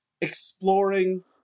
exploring